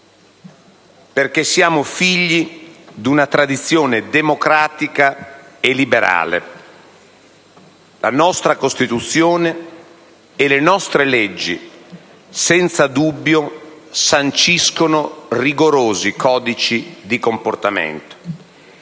perché siamo figli di una tradizione democratica e liberale. La nostra Costituzione e le nostre leggi sanciscono, senza dubbio, rigorosi codici di comportamento